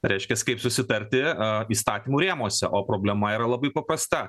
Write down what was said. reiškias kaip susitarti a įstatymų rėmuose o problema yra labai paprasta